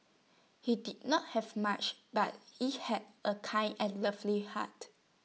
he did not have much but he had A kind and lovely heart